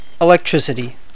electricity